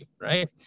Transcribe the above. right